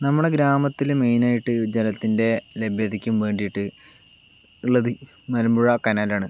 നമ്മുടെ ഗ്രാമത്തിൽ മെയിനായിട്ട് ജലത്തിൻ്റെ ലഭ്യതക്കും വേണ്ടീട്ട് ഉള്ളത് മലമ്പുഴ കനാലാണ്